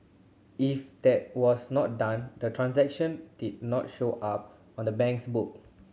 if that was not done the transaction did not show up on the bank's book